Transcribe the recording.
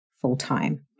full-time